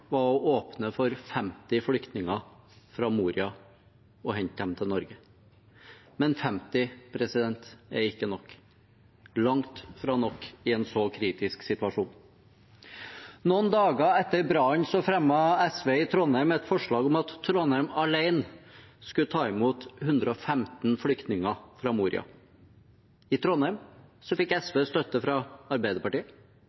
var å åpne for å hente 50 flyktninger fra Moria til Norge. Men 50 er ikke nok. Det er langt fra nok i en så kritisk situasjon. Noen dager etter brannen fremmet SV i Trondheim et forslag om at Trondheim alene skulle ta imot 115 flyktninger fra Moria. I Trondheim fikk